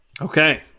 Okay